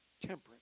Temperance